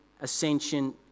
ascension